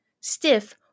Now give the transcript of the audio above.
Stiff